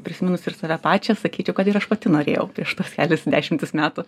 prisiminus ir save pačią sakyčiau kad ir aš pati norėjau prieš tuos kelis dešimtis metų